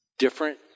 Different